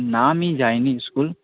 না আমি যাইনি স্কুল